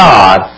God